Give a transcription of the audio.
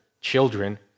children